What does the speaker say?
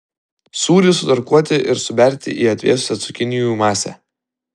sūrį sutarkuoti ir suberti į atvėsusią cukinijų masę